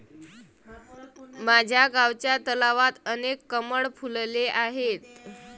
माझ्या गावच्या तलावात अनेक कमळ फुलले आहेत